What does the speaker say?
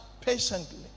patiently